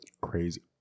Crazy